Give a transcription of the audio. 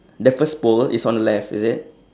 the first pole is on the left is it